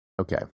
Okay